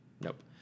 Nope